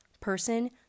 person